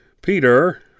Peter